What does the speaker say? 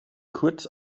kurz